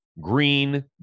green